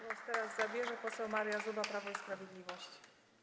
Głos teraz zabierze poseł Maria Zuba, Prawo i Sprawiedliwość.